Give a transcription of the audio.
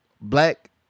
black